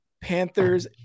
panthers